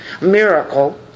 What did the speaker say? miracle